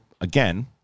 again